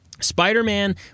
Spider-Man